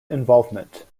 involvement